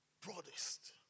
Broadest